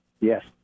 Yes